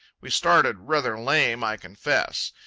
we started rather lame, i confess.